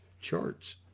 charts